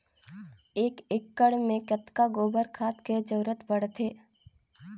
एक एकड़ मे कतका गोबर खाद के जरूरत पड़थे?